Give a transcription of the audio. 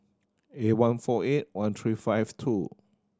eight one four eight one three five two